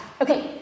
Okay